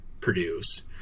produce